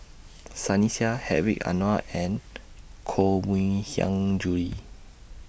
Sunny Sia Hedwig Anuar and Koh Mui Hiang Julie